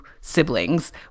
siblings